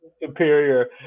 superior